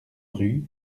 rue